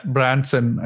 Branson